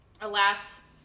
alas